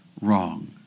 wrong